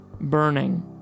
burning